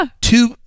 two